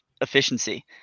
efficiency